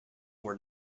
were